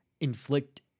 inflict